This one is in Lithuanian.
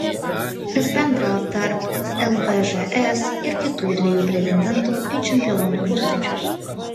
kas bendro tarp lvžs ir kitų dviejų pretendentų į čempionų pusryčius